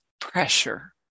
pressure